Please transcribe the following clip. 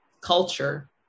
culture